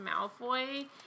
Malfoy